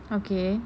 okay